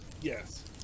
Yes